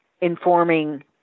informing